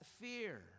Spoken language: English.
fear